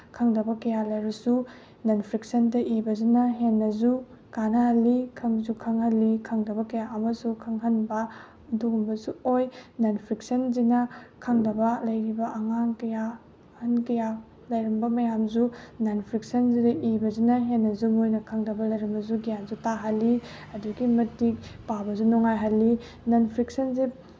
ꯈꯪꯗꯕ ꯀꯌꯥ ꯂꯩꯔꯁꯨ ꯅꯟ ꯐꯤꯛꯁꯟꯗ ꯏꯕꯁꯤꯅ ꯍꯦꯟꯅꯁꯨ ꯀꯥꯅꯍꯜꯂꯤ ꯈꯪꯁꯨ ꯈꯪꯍꯜꯂꯤ ꯈꯪꯗꯕ ꯀꯌꯥ ꯑꯃꯁꯨ ꯈꯪꯍꯟꯕ ꯑꯗꯨꯒꯨꯝꯕꯁꯨ ꯑꯣꯏ ꯅꯟ ꯐꯤꯛꯁꯟꯁꯤꯅ ꯈꯪꯗꯕ ꯂꯩꯔꯤꯕ ꯑꯉꯥꯡ ꯀꯌꯥ ꯑꯍꯟ ꯀꯌꯥ ꯂꯩꯔꯝꯕ ꯃꯌꯥꯝꯁꯨ ꯅꯟ ꯐꯤꯛꯁꯟꯁꯤꯗ ꯏꯕꯁꯤꯅ ꯍꯦꯟꯅꯁꯨ ꯃꯣꯏꯅ ꯈꯪꯗꯕ ꯂꯩꯔꯝꯃꯁꯨ ꯒ꯭ꯌꯥꯟꯁꯨ ꯇꯥꯍꯜꯂꯤ ꯑꯗꯨꯛꯀꯤ ꯃꯇꯤꯛ ꯄꯥꯕꯁꯨ ꯅꯨꯡꯉꯥꯏꯍꯜꯂꯤ ꯅꯟ ꯐꯤꯛꯁꯟꯁꯦ